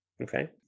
Okay